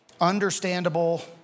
understandable